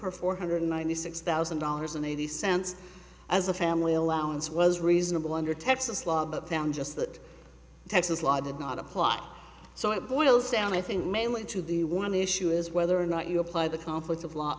her four hundred ninety six thousand dollars an eighty cents as a family allowance was reasonable under texas law but found just that texas law did not apply so it boils down i think mainly to the one issue is whether or not you apply the conflicts of lot